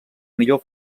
millor